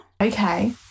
Okay